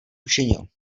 učinil